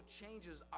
changes